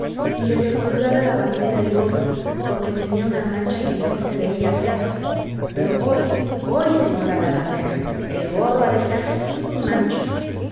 y le devolvió a la lavandera el gorro porque tenía una mancha que no se veía apenas pero hoy hoy señora lavandera el gorro ha de estar sin mancha